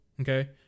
Okay